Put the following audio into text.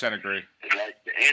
agree